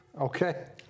Okay